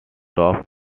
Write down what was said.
top